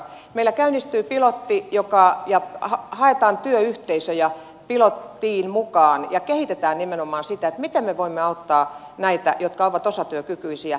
meillä käynnistyy pilotti ja haetaan työyhteisöjä pilottiin mukaan ja kehitetään nimenomaan sitä miten me voimme auttaa näitä jotka ovat osatyökykyisiä